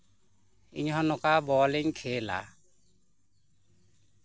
ᱤᱧ ᱦᱚᱸ ᱱᱚᱝᱠᱟ ᱵᱚᱞᱤᱧ ᱠᱷᱮᱞᱟ